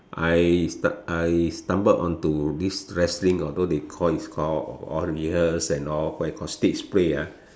I I stumbled onto this wrestling although they call is call all rehearsed and all what you call stage play ah